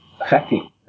affecting